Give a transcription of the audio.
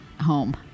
home